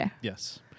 Yes